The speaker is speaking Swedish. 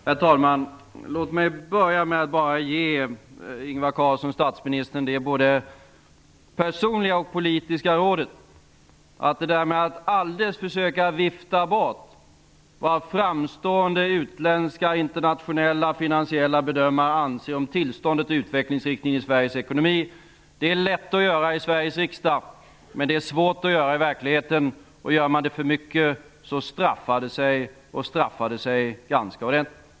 Herr talman! Låt mig börja med att ge statsminister Ingvar Carlsson ett både personligt och politiskt råd. Att alldeles försöka att vifta bort vad framstående, utländska, internationella och finansiella bedömare anser om tillståndet och utvecklingsriktning i Sveriges ekonomi är lätt att göra i Sveriges riksdag, men det är svårt att göra i verkligheten. Gör man det för mycket, straffar det sig ganska ordentligt.